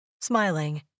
Smiling